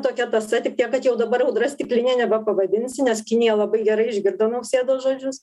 tokia tąsa tik tiek kad jau dabar audra stiklinėj nebepavadinsi nes kinija labai gerai išgirdo nausėdos žodžius